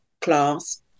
class